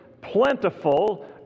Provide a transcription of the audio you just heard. plentiful